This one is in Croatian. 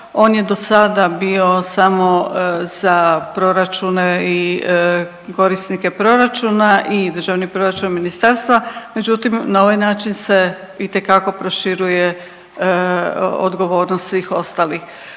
On je do sada bio samo za proračune i korisnike proračuna i državni proračun ministarstva, međutim na ovaj način se itekako proširuje odgovornost svih ostalih.